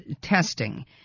testing